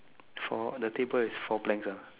four the table is four blanks ah